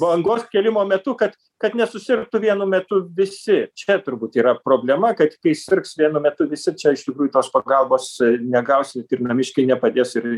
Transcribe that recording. bangos skilimo metu kad kad nesusirgtų vienu metu visi čia turbūt yra problema kad kai sirgs vienu metu visi čia iš tikrųjų tos pagalbos negausit ir namiškiai nepadės ir